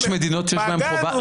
כשיש מדינות שיש להן חובה.